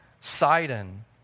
Sidon